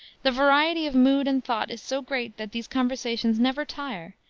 the variety of mood and thought is so great that these conversations never tire,